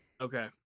Okay